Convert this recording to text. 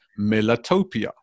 Melatopia